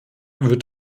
wird